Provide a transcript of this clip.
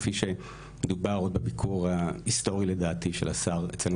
כפי שדובר עוד בביקור ההיסטורי לדעתי של השר אצלינו